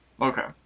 Okay